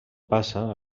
passa